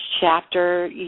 chapter